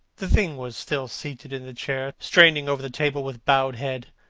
the thing was still seated in the chair, straining over the table with bowed head,